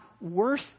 worth